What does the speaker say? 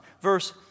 Verse